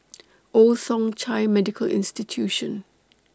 Old Thong Chai Medical Institution